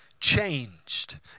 changed